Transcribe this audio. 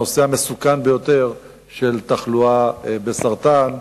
בנושא המסוכן ביותר של תחלואה בסרטן,